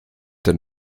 denn